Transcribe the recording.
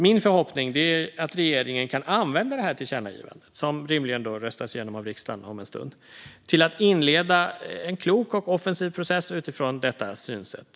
Min förhoppning är att regeringen kan använda tillkännagivandet, som rimligen röstas igenom av riksdagen om en stund, till att inleda en klok och offensiv process utifrån detta synsätt.